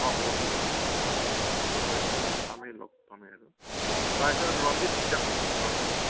অ' হ'ব ঠিক আছে মই গৈ আছোঁ দিয়ক পামেই লগ পামেই আৰু তাৰপাছত ৰঞ্জিত কি দাম চলি আছে ৰঞ্জিতটো